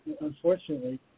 Unfortunately